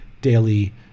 daily